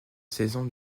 saison